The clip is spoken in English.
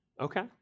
Okay